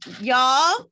Y'all